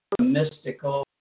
mystical